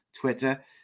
Twitter